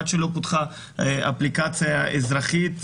עד שלא פותחה אפליקציה אזרחית,